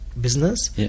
business